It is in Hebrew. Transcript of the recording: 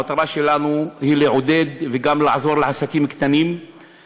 המטרה שלנו היא לעודד עסקים קטנים וגם לעזור להם.